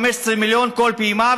15 מיליון כל פעימה,